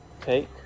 Take